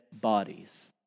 bodies